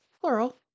plural